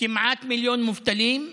כמעט מיליון מובטלים,